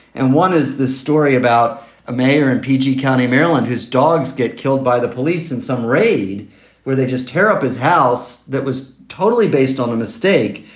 and one is this story about a mayor in p g. county, maryland, whose dogs get killed by the police in some raid where they just tear up his house. that was totally based on a mistake.